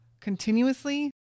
continuously